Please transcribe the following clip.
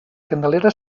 candelera